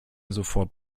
sofort